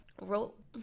wrote